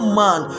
man